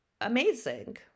amazing